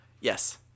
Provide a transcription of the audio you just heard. Yes